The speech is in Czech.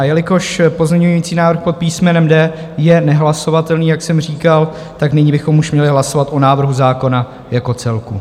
Jelikož pozměňující návrh pod písmenem D je nehlasovatelný, jak jsem říkal, tak nyní bychom už měli hlasovat o návrhu zákona jako celku.